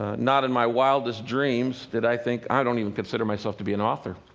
ah not in my wildest dreams did i think i don't even consider myself to be an author.